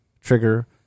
trigger